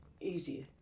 easier